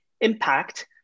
impact